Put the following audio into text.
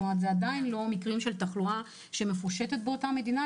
כלומר אלה עדיין לא מקרים של תחלואה מפושטת באותה מדינה,